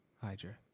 Hydra